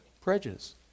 prejudice